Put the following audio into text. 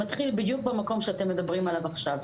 וזה מתחיל בדיוק במקום שאתם מדברים עליו עכשיו,